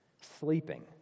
sleeping